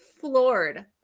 floored